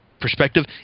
perspective